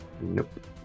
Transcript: Nope